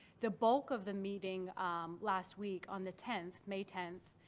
the bulk of the meeting last week on the tenth, may tenth,